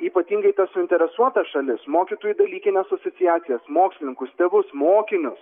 ypatingai tas suinteresuotas šalis mokytojų dalykines asociacijas mokslininkus tėvus mokinius